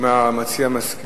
אם המציע מסכים,